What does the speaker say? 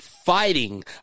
fighting